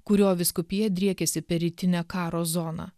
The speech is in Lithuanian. kurio vyskupija driekiasi per rytinę karo zoną